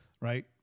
Right